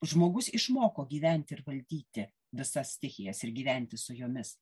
žmogus išmoko gyventi ir valdyti visas stichijas ir gyventi su jomis